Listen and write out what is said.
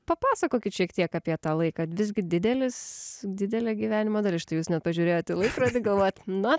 papasakokit šiek tiek apie tą laiką visgi didelis didelė gyvenimo dalis štai jūs net pažiūrėjot į laikrodį galvojat na